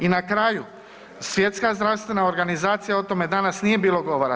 I na kraju, Svjetska zdravstvena organizacija o tome danas nije bilo govora.